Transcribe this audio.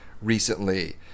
recently